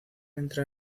entra